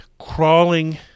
crawling